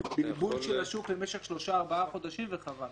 בלבול של השוק למשך שלושה-ארבעה חודשים וחבל.